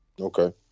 Okay